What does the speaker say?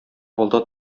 алда